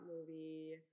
movie